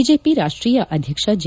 BJP ರಾಷ್ಷೀಯ ಅಧ್ಯಕ್ಷ J